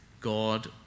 God